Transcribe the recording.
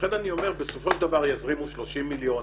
לכן אני אומר שבסופו של דבר יזרימו 30 מיליון,